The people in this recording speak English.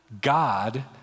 God